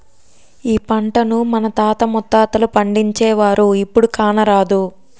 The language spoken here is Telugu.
ఈ పంటను మన తాత ముత్తాతలు పండించేవారు, ఇప్పుడు కానరాదు